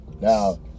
now